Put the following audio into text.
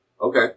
okay